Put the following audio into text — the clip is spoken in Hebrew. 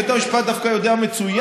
בית המשפט דווקא יודע מצוין,